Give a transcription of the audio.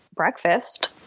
Breakfast